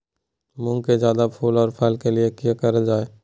मुंग में जायदा फूल और फल के लिए की करल जाय?